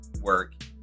work